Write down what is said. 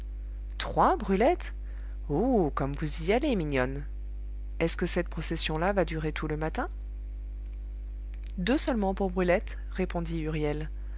trois brulette oh comme vous y allez mignonne est-ce que cette procession là va durer tout le matin deux seulement pour brulette répondit huriel